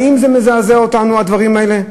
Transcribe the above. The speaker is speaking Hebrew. האם זה מזעזע אותנו, הדברים האלה?